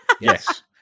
yes